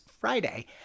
Friday